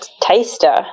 taster